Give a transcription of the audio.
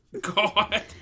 God